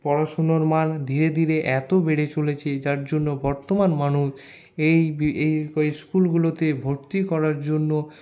পড়াশোনার মান ধীরে ধীরে এত বেড়ে চলেছে যার জন্য বর্তমান মানুষ এই স্কুলগুলোতে ভর্তি করার জন্য